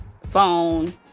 phone